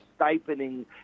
stipending